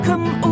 Come